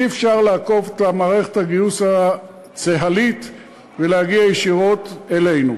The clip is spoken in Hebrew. אי-אפשר לעקוף את מערכת הגיוס הצה"לית ולהגיע ישירות אלינו.